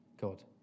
God